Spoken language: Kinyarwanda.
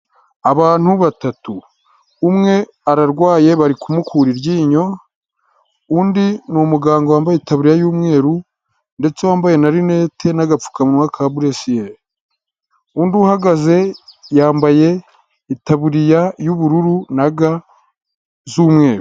Abantu batatu, umwe ararwaye bari kumukura iryinyo, undi ni umuganga wambaye itaburiya y'umweru ndetse wambaye na rinete n'agapfukamuwa ka buresiyeri, undi uhagaze yambaye itaburiya y'ubururu na ga z'umweru.